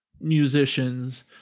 musicians